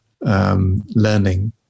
Learning